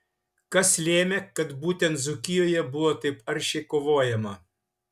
kas lėmė kad būtent dzūkijoje buvo taip aršiai kovojama